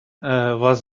вас